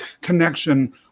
connection